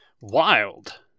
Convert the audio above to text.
Wild